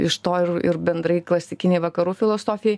iš to ir ir bendrai klasikinei vakarų filosofijai